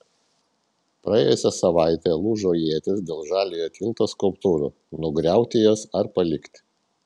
praėjusią savaitę lūžo ietys dėl žaliojo tilto skulptūrų nugriauti jas ar palikti